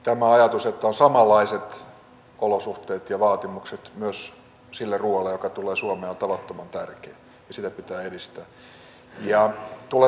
tämä ajatus että on samanlaiset olosuhteet ja vaatimukset myös sille ruoalle joka tulee suomeen on tavattoman tärkeä ja sitä pitää edistää